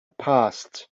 past